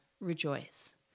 Rejoice